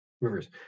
Rivers